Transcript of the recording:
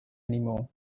anymore